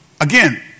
Again